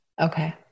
Okay